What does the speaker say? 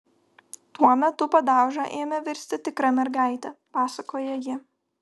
tuo metu padauža ėmė virsti tikra mergaite pasakoja ji